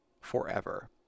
forever